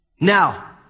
Now